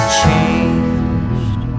changed